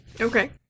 Okay